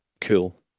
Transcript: Cool